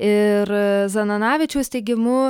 ir zananavičiaus teigimu